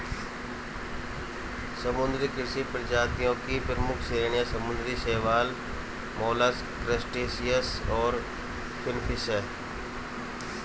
समुद्री कृषि प्रजातियों की प्रमुख श्रेणियां समुद्री शैवाल, मोलस्क, क्रस्टेशियंस और फिनफिश हैं